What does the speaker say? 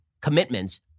commitments